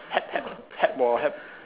help help help boy help